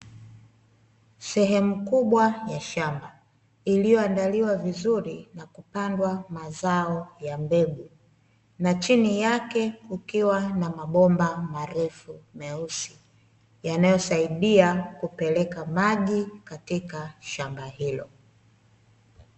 Sehemu kubwa ya shamba, iliyoandaliwa vizuri na kupandwa mazao ya mbegu, na chini yake kukiwa na mabomba marefu meusi, yanayosaidia kupeleka maji katika shamba hilo.